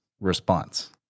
response